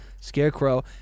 Scarecrow